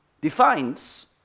defines